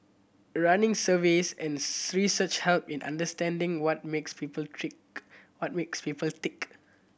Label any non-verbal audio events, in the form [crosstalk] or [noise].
running surveys and [unintelligible] research help in understanding what makes people trick what makes people tick